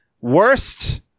worst